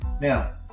Now